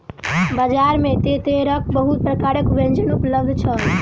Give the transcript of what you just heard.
बजार में तेतैरक बहुत प्रकारक व्यंजन उपलब्ध छल